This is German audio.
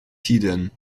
tiden